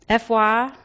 FY